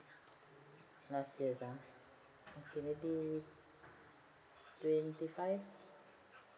last year ah okay maybe twenty five